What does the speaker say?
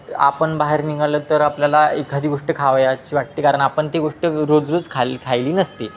आपण बाहेर निघालं तर आपल्याला एखादी गोष्ट खावा याची वाटते कारण आपण ती गोष्ट रोज रोज खाल् खाल्ली नसते